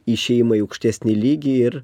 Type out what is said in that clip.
išėjimą į aukštesnį lygį ir